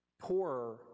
poorer